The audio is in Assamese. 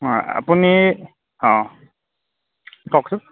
অ আপুনি অ কওকচোন